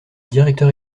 directeur